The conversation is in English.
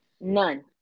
None